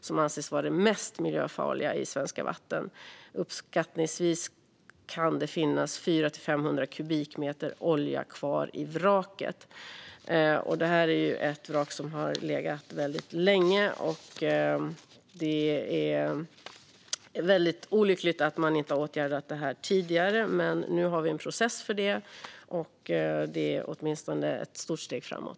Det anses vara det mest miljöfarliga i svenska vatten med uppskattningsvis 400-500 kubikmeter olja kvar i vraket. Det här är ett vrak som har legat väldigt länge, och det är väldigt olyckligt att man inte har åtgärdat det tidigare. Nu har vi en process för det, vilket åtminstone är ett stort steg framåt.